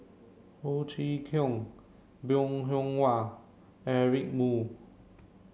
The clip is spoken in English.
Ho Chee Kong Bong Hiong Hwa Eric Moo